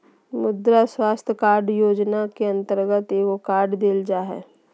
मुद्रा स्वास्थ कार्ड योजना के अंतर्गत एगो कार्ड देल जा हइ